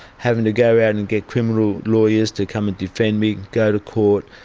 having to go around and get criminal lawyers to come and defend me, go to court.